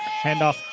handoff